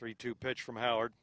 three two pitch from howard